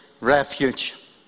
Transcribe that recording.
refuge